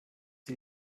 sie